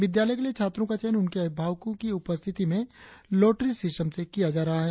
विद्यालय के लिए छात्रों का चयन उनके अभिभावकों की उपस्थिति में लॉटरी सिस्टम से किया जा रहा है